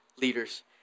leaders